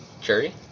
Cherry